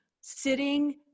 sitting